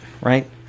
right